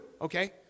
okay